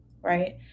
right